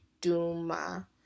Duma